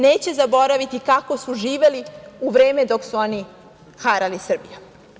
Neće zaboraviti kako su živeli u vreme dok su oni harali Srbijom.